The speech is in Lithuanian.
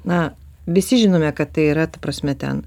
na visi žinome kad tai yra ta prasme ten